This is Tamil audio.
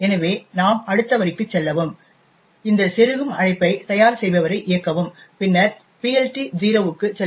எனவே நாம் அடுத்த வரிக்கு செல்லவும் இந்த செருகும் அழைப்பை தயார் செய்பவரை இயக்கவும் பின்னர் PLT0 க்கு செல்லவும்